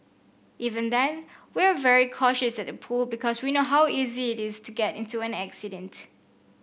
even then we're very cautious at the pool because we know how easy it is to get into an accident